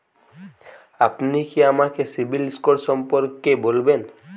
আপনি কি আমাকে সিবিল স্কোর সম্পর্কে বলবেন?